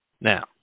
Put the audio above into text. Now